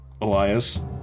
Elias